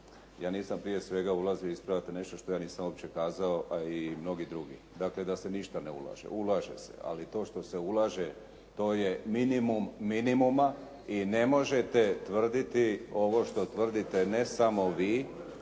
ja nisam prije svega ulazio ispravljati nešto što ja nisam uopće kazao a i mnogi drugi. Dakle, da se ništa ne ulaže, ulaže se, ali to što se ulaže to je minimum, minimuma i ne možete tvrditi ovo što tvrdite samo vi,